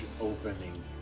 opening